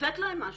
לתת להם משהו,